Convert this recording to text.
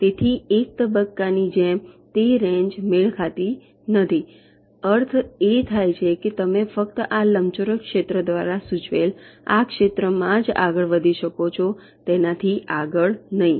તેથી એક તબક્કાની જેમ તે રેન્જ મેળ ખાતી નથી અર્થ એ થાય કે તમે ફક્ત આ લંબચોરસ ક્ષેત્ર દ્વારા સૂચવેલ આ ક્ષેત્રમાં જ આગળ વધી શકો છો તેનાથી આગળ નહીં